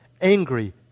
angry